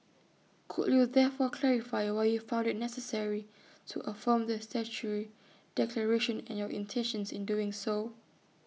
could you therefore clarify why you found IT necessary to affirm the statutory declaration and your intentions in doing so